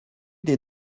des